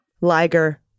liger